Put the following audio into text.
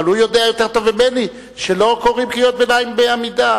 אבל הוא יודע יותר טוב ממני שלא קוראים קריאות ביניים בעמידה.